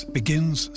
begins